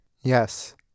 Yes